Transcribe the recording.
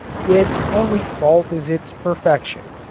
its only fault is its perfection.